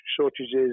shortages